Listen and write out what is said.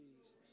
Jesus